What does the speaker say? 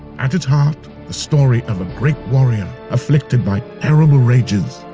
at its heart, the story of a great warrior afflicted by terrible rages.